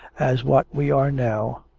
as what we are now.